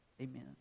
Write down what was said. Amen